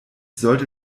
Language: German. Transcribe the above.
sollte